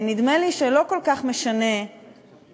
נדמה לי שלא כל כך משנה מה,